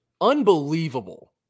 Unbelievable